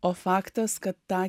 o faktas kad tą